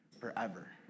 forever